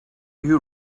you